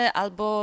albo